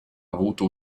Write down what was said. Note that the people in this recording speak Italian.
avuto